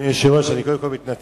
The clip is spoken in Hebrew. אדוני היושב-ראש, אני קודם כול מתנצל.